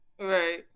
right